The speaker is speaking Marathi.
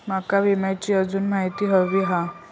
माका विम्याची आजून माहिती व्हयी हा?